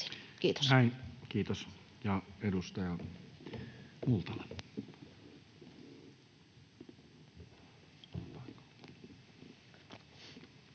Kiitos.